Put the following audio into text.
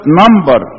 number